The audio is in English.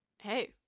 Hey